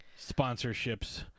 sponsorships